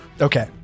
Okay